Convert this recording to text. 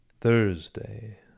Thursday